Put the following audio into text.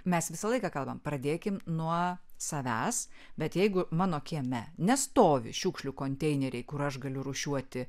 mes visą laiką kalbam pradėkim nuo savęs bet jeigu mano kieme nestovi šiukšlių konteineriai kur aš galiu rūšiuoti